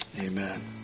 Amen